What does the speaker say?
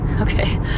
Okay